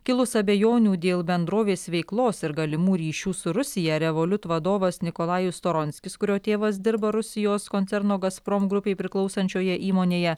kilus abejonių dėl bendrovės veiklos ir galimų ryšių su rusija revoliut vadovas nikolajus storonskis kurio tėvas dirba rusijos koncerno gazprom grupei priklausančioje įmonėje